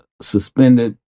suspended